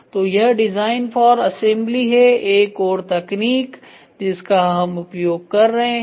तो यह design for assembly है एक और तकनीक जिसका हम उपयोग कर रहे हैं